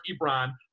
Ebron